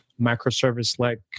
microservice-like